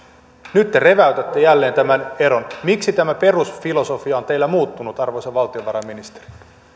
nyt te reväytätte jälleen tämän eron miksi tämä perusfilosofia on teillä muuttunut arvoisa valtiovarainministeri